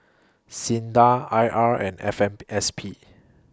SINDA I R and F M S P